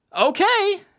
Okay